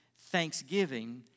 Thanksgiving